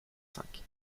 cinq